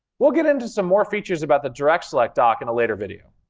we'll get into some more features about the direct select dock in a later video.